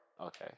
Okay